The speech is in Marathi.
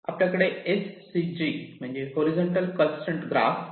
आपल्याकडे HCG म्हणजे हॉरीझॉन्टल कंसट्रेन ग्राफ आहे